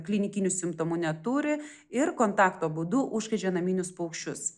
klinikinių simptomų neturi ir kontakto būdu užkrečia naminius paukščius